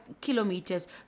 kilometers